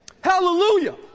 Hallelujah